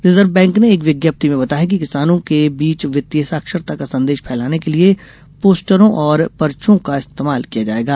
reserve bank ने एक विज्ञप्ति में बताया कि किसानों के बीच वित्तीय साक्षरता का संदेश फैलाने के लिए पोस्टरों और पर्चों का इस्तेमाल किया जाएगा